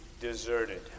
deserted